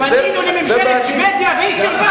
פנינו לממשלת שבדיה והיא סירבה,